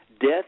death